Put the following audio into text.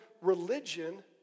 religion